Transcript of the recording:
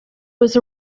was